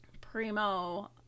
primo